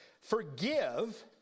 Forgive